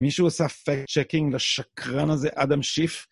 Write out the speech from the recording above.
מישהו עשה פקט צ'קינג לשקרן הזה, אדם שיף?